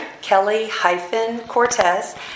Kelly-Cortez